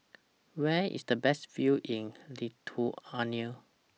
Where IS The Best View in Lithuania